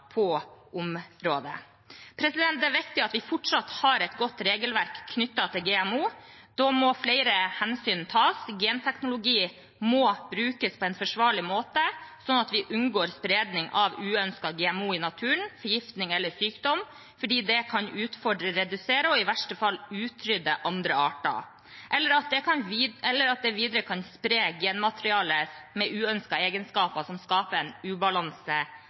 på området. Det er det viktig at vi fortsatt har et godt regelverk knyttet til GMO. Da må flere hensyn tas. Genteknologi må brukes på en forsvarlig måte, sånn at vi unngår spredning av uønsket GMO i naturen, forgiftning eller sykdom, fordi det kan utfordre, redusere og i verste fall utrydde andre arter, eller at det videre kan spre genmateriale med uønskede egenskaper som skaper ubalanse